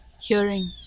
hearing